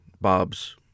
Bob's